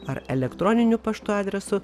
ar elektroniniu paštu adresu